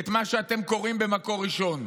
את מה שאתם קוראים במקור ראשון: